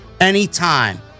anytime